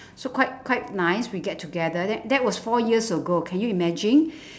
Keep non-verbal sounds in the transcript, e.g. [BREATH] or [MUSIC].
so quite quite nice we get together that that was four years ago can you imagine [BREATH]